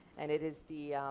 and it is the